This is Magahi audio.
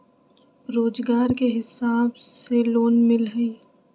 रोजगार के हिसाब से लोन मिलहई?